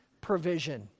Provision